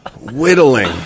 Whittling